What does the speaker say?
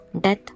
death